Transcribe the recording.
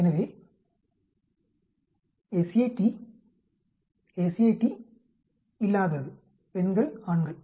எனவே SAT SAT இல்லாதது பெண்கள் ஆண்கள